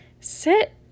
sit